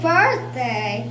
Birthday